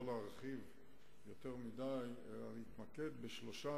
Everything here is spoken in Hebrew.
לא להרחיב יותר מדי אלא להתמקד בשלושה